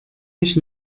mich